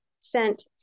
sent